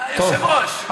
אני, היושב-ראש.